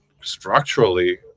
structurally